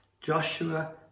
Joshua